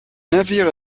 navire